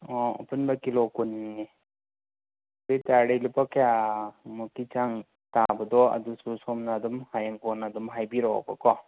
ꯑꯣ ꯑꯄꯨꯟꯕ ꯀꯤꯂꯣ ꯀꯨꯟꯅꯦ ꯑꯗꯨ ꯑꯣꯏꯇꯥꯔꯒꯗꯤ ꯂꯨꯄꯥ ꯀꯌꯥ ꯃꯨꯛꯀꯤ ꯆꯥꯡ ꯇꯥꯕꯗꯣ ꯑꯗꯨꯁꯨ ꯁꯣꯝꯅ ꯑꯗꯨꯝ ꯍꯌꯦꯡ ꯀꯣꯟꯅ ꯑꯗꯨꯝ ꯍꯥꯏꯕꯤꯔꯛꯑꯣꯕꯀꯣ